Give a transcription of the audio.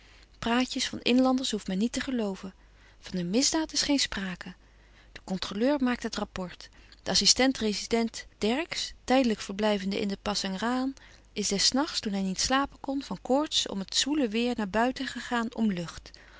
praatjes van inlanders hoeft men niet te gelooven van een misdaad is geen sprake de controleur maakt het rapport de assistent-rezident dercksz tijdelijk verblijvende in de pasangrahan is des nachts toen hij niet slapen kon van koorts om het zwoele weêr naar buiten gegaan om lucht